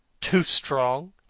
too strong!